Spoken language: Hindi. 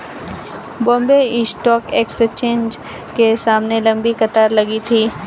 बॉम्बे स्टॉक एक्सचेंज के सामने लंबी कतार लगी थी